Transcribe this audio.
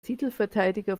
titelverteidiger